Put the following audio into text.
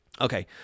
Okay